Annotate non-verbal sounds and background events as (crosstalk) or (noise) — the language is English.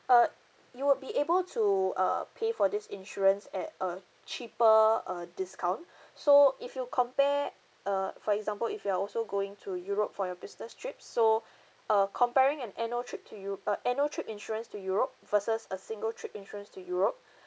uh you would be able to uh pay for this insurance at a cheaper uh discount (breath) so if you compare err for example if you are also going to europe for your business trip so uh comparing an annual trip to eu~ uh annual trip insurance to europe versus a single trip insurance to europe